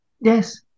Yes